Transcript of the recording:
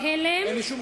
כהלם,